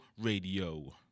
Radio